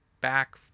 back